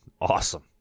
Awesome